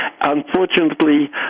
unfortunately